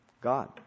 God